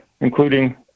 including